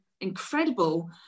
incredible